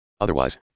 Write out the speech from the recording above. Otherwise